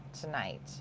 tonight